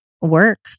work